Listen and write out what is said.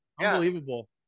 Unbelievable